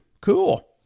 Cool